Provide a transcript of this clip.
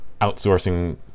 outsourcing